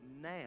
now